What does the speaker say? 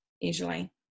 usually